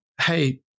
hey